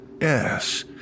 Yes